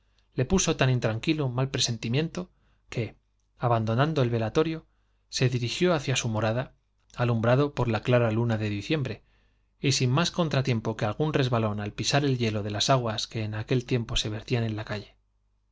le puso tan hacia su abandonando el velatorio se dirigió que alumbrado por la clara luna de diciembre morada resbalón al pisar más contratiempo que algún y sin se vertían el hielo de las aguas que en aquel tiempo en la calle